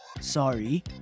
sorry